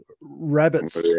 rabbits